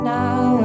now